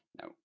No